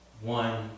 One